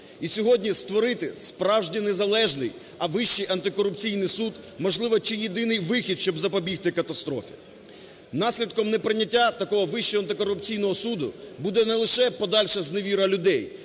І сьогодні створити справжньо незалежний, а Вищий антикорупційний суд, можливо, чи єдиний вихід, щоб запобігти катастрофі. Наслідком неприйняття такого Вищого антикорупційного суду буде не лише подальша зневіра людей,